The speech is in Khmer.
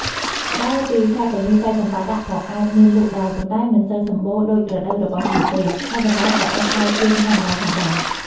ក្រៅពីខែទាំងនេះ ផ្លែចម្ប៉ាដាក់ក៏អាចមានលក់ដែរ ប៉ុន្តែមិនសូវសម្បូរដូចរដូវរបស់វាទេ ហើយតម្លៃក៏អាចថ្លៃជាងធម្មតាផងដែរ។